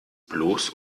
bloß